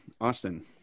Austin